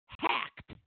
hacked